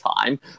time